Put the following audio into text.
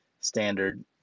standard